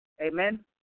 Amen